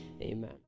Amen